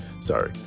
Sorry